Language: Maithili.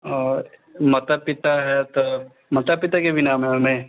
और माता पिता हए तऽ माता पिता के भी नाम हए ओहिमे